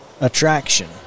attraction